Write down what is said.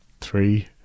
three